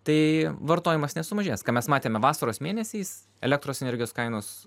tai vartojimas nesumažės ką mes matėme vasaros mėnesiais elektros energijos kainos